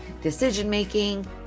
decision-making